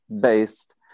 based